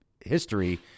history